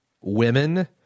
women